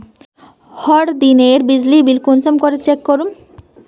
हर दिनेर बिजली बिल कुंसम करे चेक करूम?